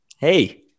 Hey